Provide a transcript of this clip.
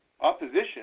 opposition